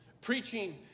Preaching